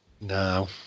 No